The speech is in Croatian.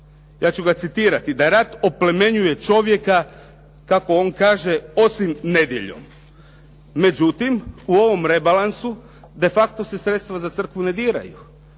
Ja ću ga citirati: "da rad oplemenjuje čovjeka osim nedjeljom" kako on kaže. Međutim, u ovom rebalansu de facto se sredstva za crkvu ne diraju.